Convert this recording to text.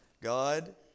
God